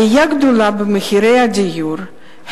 עלייה גדולה במחירי הדיור,